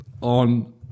on